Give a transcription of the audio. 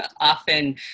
often